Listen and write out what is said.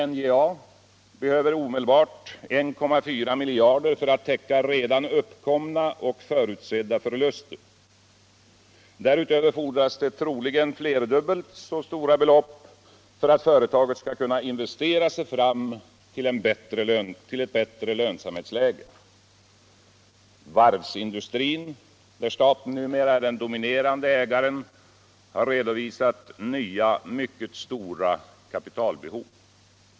NJA behöver omedelbart 1,4 miljarder kronor för att täcka redan uppkomna och förutsedda förluster. Därutöver fordras det troligen flerdubbelt större belopp för att företaget skall kunna investera sig fram till ett bättre lönsamhetslige. Varvsindustrin, där staten numera är den dominerande ägaren, har redovisat nya mycket stora kapitalbehov.